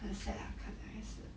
很 sad lah 看了也是